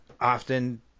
often